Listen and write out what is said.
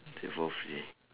take for free ya